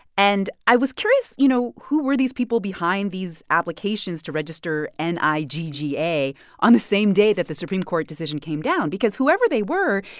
and i was curious, you know, who were these people behind these applications to register n and i g g a on the same day that the supreme court decision came down? because, whoever they were,